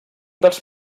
dels